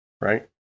right